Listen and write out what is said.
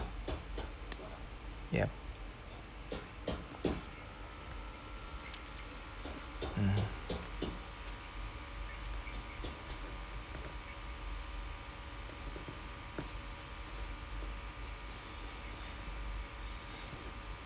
yup mmhmm